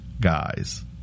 guys